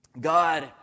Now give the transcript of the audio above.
God